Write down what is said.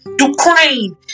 Ukraine